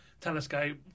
telescope